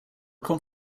were